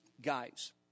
guys